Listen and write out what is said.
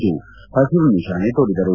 ಜು ಹಸಿರು ನಿಶಾನೆ ತೋರಿದರು